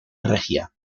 regia